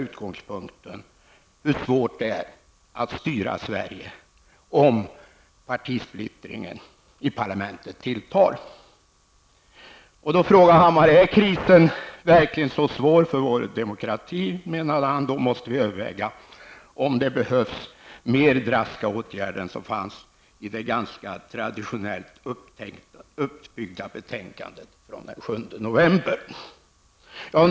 Utgångspunkten var just svårigheterna att styra Bo Hammar menade då, att om krisen för vår demokrati verkligen var så svår, måste vi överväga om det behövs mer drastiska åtgärder än de som fanns i det ganska traditionellt uppbyggda betänkandet från den 7 november.